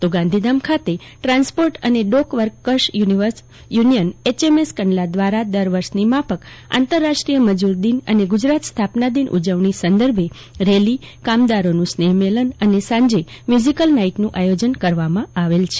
તો ગાંધીધામ ખાતે transport અને dock works H M S Kandla દ્વારા દર વર્ષ ની આ આંતરરાષ્ટ્રીય મજુર દિન એ ગુજરાત સ્થાપના દિન ઉજવણી સંદર્ભે રેલી કામદારો નું સ્નેફ મિલન અને સાજે મ્યુઝીકલ નાઈટ નું આયોજન કરવામાં આવેલ છે